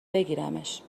بگیرمش